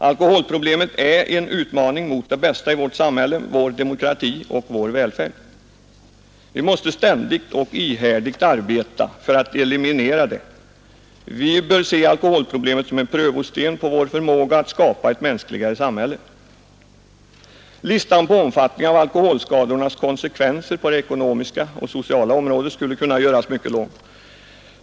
Alkoholproblemet är en utmaning mot det bästa i vårt samhälle: vår demokrati och vår välfärd. Vi måste ständigt och ihärdigt arbeta för att eliminera det. Vi bör se alkoholproblemet som en prövosten på vår förmåga att skapa ett mänskligare samhälle. Listan på omfattningen av alkoholskadornas konsekvenser på det ekonomiska och sociala området skulle kunna göras mycket lång.